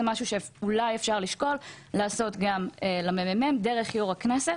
זה משהו שאפשר אולי לשקול גם לעשות גם למ.מ.מ דרך יו"ר הכנסת.